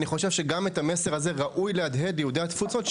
גם את המסר הזה ראוי להדהד ליהודי התפוצות,